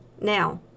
Now